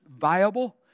viable